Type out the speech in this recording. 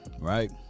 right